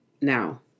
now